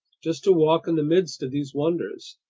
just to walk in the midst of these wonders.